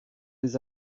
des